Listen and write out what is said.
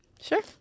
Sure